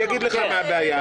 אני אגיד לך מה הבעיה,